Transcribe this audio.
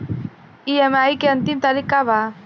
EMI के अंतिम तारीख का बा?